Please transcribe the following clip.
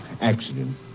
accident